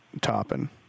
topping